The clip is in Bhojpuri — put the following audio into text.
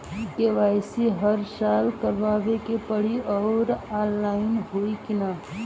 के.वाइ.सी हर साल करवावे के पड़ी और ऑनलाइन होई की ना?